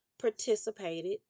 participated